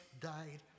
died